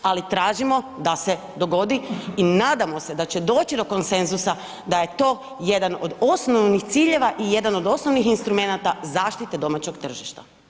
Ali tražimo da se dogodi i nadamo se da će doći do konsenzusa da je to jedan od osnovnih ciljeva i jedan od osnovnih instrumenata zaštite domaćeg tržišta.